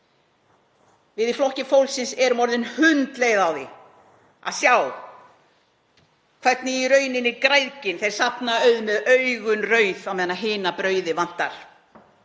Við í Flokki fólksins erum orðin hundleið á því að sjá hvernig græðgin — þeir safna auði með augun rauð á meðan hina brauðið vantar.